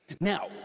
Now